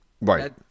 Right